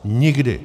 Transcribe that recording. Nikdy!